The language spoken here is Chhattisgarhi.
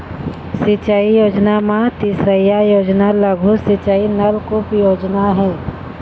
सिंचई योजना म तीसरइया योजना लघु सिंचई नलकुप योजना हे